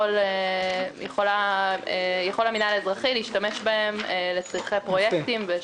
יכול המינהל האזרחי להשתמש בהם לצורכי פרויקטים.